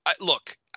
look